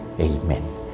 Amen